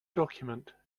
document